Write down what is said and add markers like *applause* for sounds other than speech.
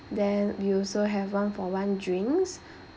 then you also have one for one drinks *breath*